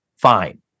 fine